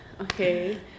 Okay